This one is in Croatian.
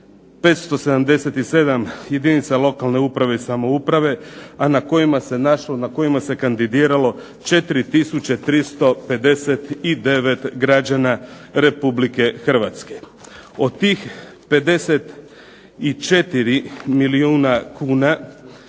577 jedinica lokalne uprave i samouprave, a na kojima se našlo, na kojima se kandidiralo 4 tisuće 359 građana Republike Hrvatske. Od tih 54 milijuna kuna,